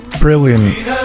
Brilliant